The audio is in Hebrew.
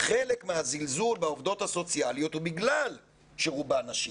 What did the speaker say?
חלק מהזלזול בעובדות הסוציאליות הוא בגלל שרובן נשים.